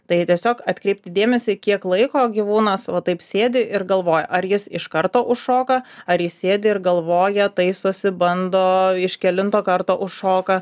tai tiesiog atkreipti dėmesį kiek laiko gyvūnas va taip sėdi ir galvoja ar jis iš karto užšoka ar jis sėdi ir galvoja taisosi bando iš kelinto karto užšoka